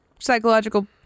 psychological